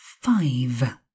five